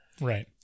Right